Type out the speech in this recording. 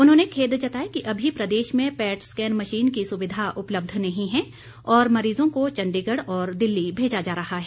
उन्होंने खेद जताया कि अभी प्रदेश में पैट स्कैन मशीन की सुविधा उपलब्ध नहीं है और मरीजों को चंडीगढ़ और दिल्ली भेजा जा रहा है